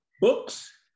Books